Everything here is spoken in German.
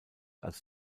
als